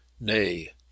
nay